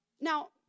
Now